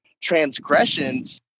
transgressions